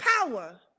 power